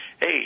hey